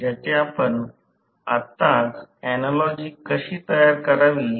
तर PG आता हे Rf j x f आहे